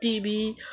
TV